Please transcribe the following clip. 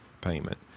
payment